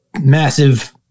massive